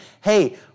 hey